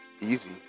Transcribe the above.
easy